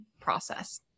process